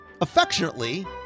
affectionately